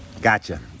Gotcha